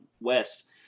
west